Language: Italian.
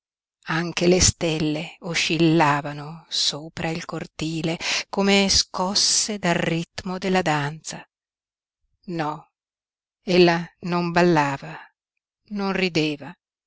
anche le stelle oscillavano sopra il cortile come scosse dal ritmo della danza no ella non ballava non rideva